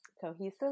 cohesive